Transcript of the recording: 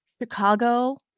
Chicago